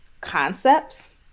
concepts